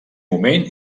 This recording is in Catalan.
moment